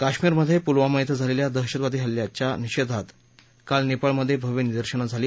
कश्मीरमधे पुलवामा धिं झालेल्या दहशतवादी हल्ल्याच्या निषेधात काल नेपाळमधे भव्य निदर्शनं झाली